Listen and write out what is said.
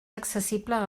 accessible